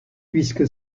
puisque